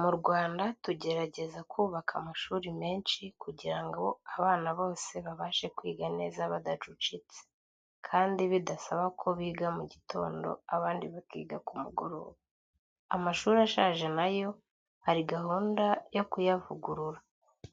Mu Rwanda tugerageza kubaka amashuri menshi kugira ngo abana bose babashe kwiga neza badacucitse, kandi bidasaba ko biga mu gitondo abandi bakiga ku mugoroba. Amashuri ashaje na yo hari gahunda yo kuyavugurura,